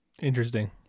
Interesting